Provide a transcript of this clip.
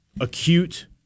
acute